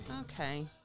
Okay